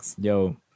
Yo